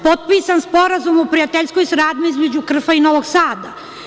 Potpisan je sporazum o prijateljskoj saradnji između Krfa i Novog Sada.